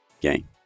game